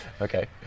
Okay